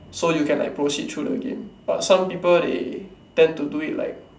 so you can like proceed through the game but some people they tend to do it like